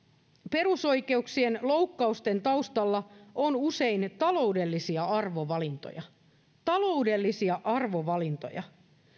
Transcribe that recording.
perusoikeuksien loukkausten taustalla on usein taloudellisia arvovalintoja taloudellisia arvovalintoja